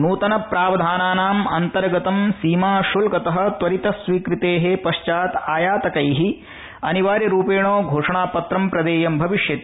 नृतन प्रावधानानाम् अंतर्गतं सीमा शुल्कत त्वरित स्वीकृते पश्चात् आयातकै अनिवार्यरूपेण घोषणापत्रं प्रदेयं भविष्यति